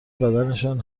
بدنشان